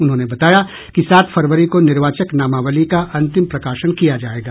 उन्होंने बताया कि सात फरवरी को निर्वाचक नामावली का अंतिम प्रकाशन किया जाएगा